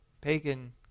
pagan